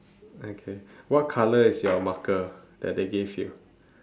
okay what colour is your marker that they gave you